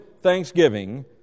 thanksgiving